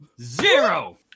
Zero